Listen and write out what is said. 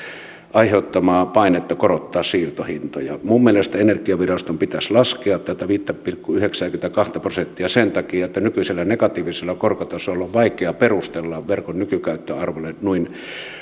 aiheuttamaa painetta korottaa siirtohintoja minun mielestäni energiaviraston pitäisi laskea tätä viittä pilkku yhdeksääkymmentäkahta prosenttia sen takia että nykyisellä negatiivisella korkotasolla on vaikea perustella verkon nykykäyttöarvolle noin